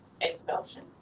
expulsion